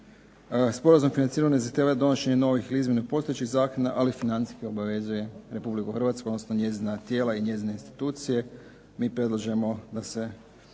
ne razumije./... donošenje novih ili izmjene postojećih zakona, ali financijski obavezuje Republiku Hrvatsku odnosno njezina tijela i njezine institucije. Mi predlažemo da bi